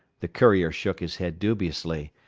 the courier shook his head dubiously.